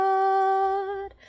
God